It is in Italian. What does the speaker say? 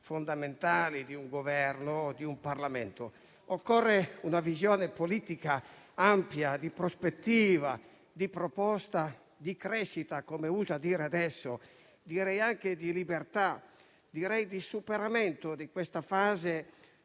fondamentali di un Governo o di un Parlamento. Occorre una visione politica ampia, di prospettiva, di proposta, di crescita - come si usa dire adesso - direi anche di libertà, di superamento della fase